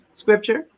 scripture